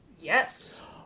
Yes